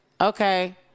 okay